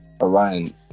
Orion